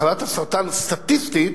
מחלת הסרטן, סטטיסטית,